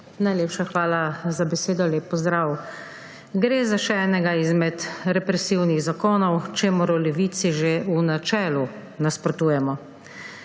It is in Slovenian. Najlepša hvala za besedo. Lep pozdrav! Gre za še enega izmed represivnih zakonov, čemur v Levici že v načelu nasprotujemo.